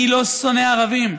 אני לא שונא ערבים.